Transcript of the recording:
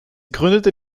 gründete